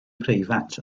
preifat